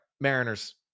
Mariners